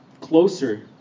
closer